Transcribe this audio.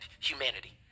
humanity